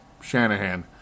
Shanahan